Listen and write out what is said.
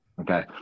okay